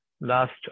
last